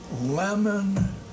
lemon